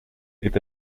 est